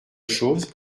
chose